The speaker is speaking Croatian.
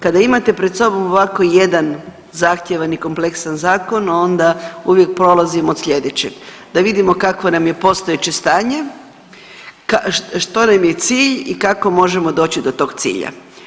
Kada imate pred sobom ovako jedan zahtjevan i kompleksan zakon onda uvijek polazim od slijedećeg da vidimo kako nam je postojeće stanje, što nam je cilj i kako možemo doći do tog cilja.